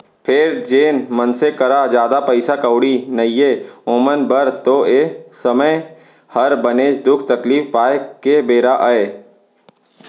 फेर जेन मनसे करा जादा पइसा कउड़ी नइये ओमन बर तो ए समे हर बनेच दुख तकलीफ पाए के बेरा अय